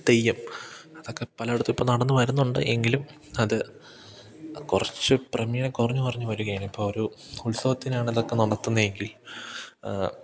തെയ്യം അതൊക്കെ പലയിടത്തും ഇപ്പം നടന്നു വരുന്നുണ്ട് എങ്കിലും അത് കുറച്ച് ക്രമേണ കുറഞ്ഞ് കുറഞ്ഞ് വരികയാണിപ്പോൾ ഒരു ഉത്സവത്തിനാണിതൊക്കെ നടത്തുന്നതെങ്കിൽ